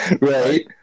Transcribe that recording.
right